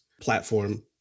platform